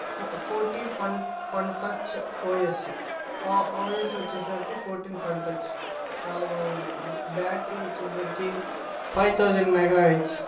fourteen Funtouch OS OS వచ్చేసరికి fourteen Funtouch చాలా బాగుండుద్ధి బ్యాటరీ వచ్చేసరికి ఫైవ్ థౌజండ్ మెగా హెచ్